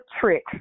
trick